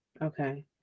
okay